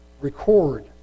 record